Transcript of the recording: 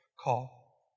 call